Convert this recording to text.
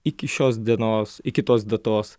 iki šios dienos iki tos datos